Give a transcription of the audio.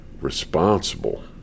responsible